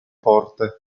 porte